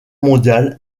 mondiale